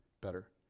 better